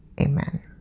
Amen